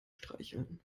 streicheln